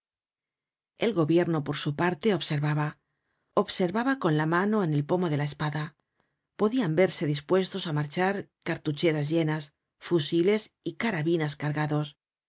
el gobierno por su parte observaba observaba con la mano en el pomo de la espada podian verse dispuestos á marchar cartucheras llenas fusiles y carabinas cargados